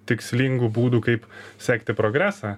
tikslingų būdų kaip sekti progresą